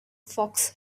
fox